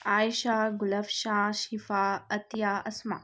Aisha Gul Afsha Shifa Atiya Asma